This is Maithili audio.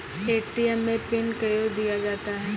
ए.टी.एम मे पिन कयो दिया जाता हैं?